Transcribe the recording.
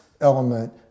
element